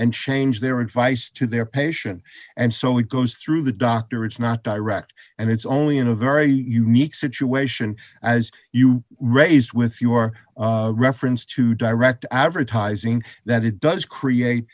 and change their advice to their patient and so it goes through the doctor it's not direct and it's only in a very unique situation as you raised with your reference to direct advertising that it does create